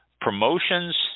promotions